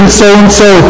so-and-so